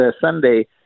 sunday